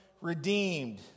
redeemed